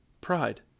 pride